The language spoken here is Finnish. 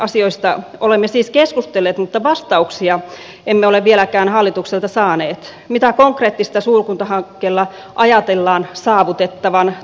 asioista olemme siis keskustelleet mutta vastauksia emme ole vieläkään hallitukselta saaneet mitä konkreettista suurkuntahankkeella ajatellaan saavutettavan